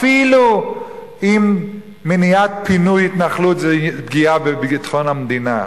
אפילו אם מניעת פינוי התנחלות זו פגיעה בביטחון המדינה.